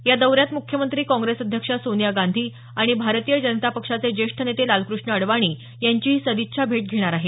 या दौऱ्यात मुख्यमंत्री काँग्रेस अध्यक्षा सोनिया गांधी आणि भारतीय जनता पक्षाचे ज्येष्ठ नेते लालकृष्ण अडवाणी यांचीही सदिच्छा भेट घेणार आहेत